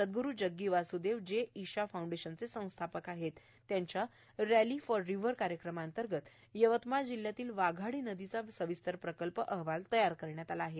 सदग्रु जग्गी वासुदेव जे ईशा फाऊंडेशनचे संस्थापक आहेत त्यांच्या रली फॉर रिव्हर कार्यक्रमांतर्गत यवतमाळ जिल्ह्यातील वाघाडी नदीचा सविस्तर प्रकल्प अहवाल तयार करण्यात आला आहे